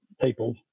people